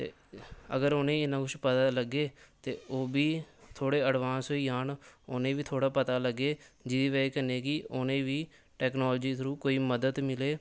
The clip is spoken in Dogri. अगर उ'नेंगी इ'न्ना कुछ पता लग्ग ते ओह् बी थोह्ड़े अडवांस होई जान उनेंगी बी थोह्ड़ा पता लग्गै जिदी बजहा कन्नै उ'नेंगी बी टैक्नोलजी दे थ्रू कोई मदद मिले